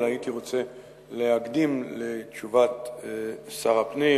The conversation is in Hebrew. אבל הייתי רוצה להקדים לתשובת שר הפנים